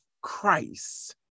Christ